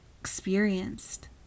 experienced